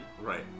Right